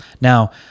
Now